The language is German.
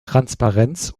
transparenz